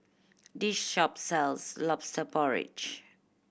this shop sells Lobster Porridge